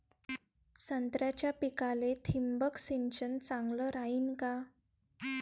संत्र्याच्या पिकाले थिंबक सिंचन चांगलं रायीन का?